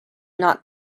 not